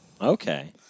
Okay